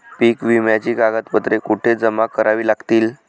पीक विम्याची कागदपत्रे कुठे जमा करावी लागतील?